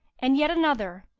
and yet another,